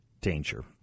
danger